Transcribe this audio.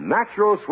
Natural